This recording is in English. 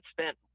spent